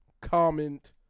comment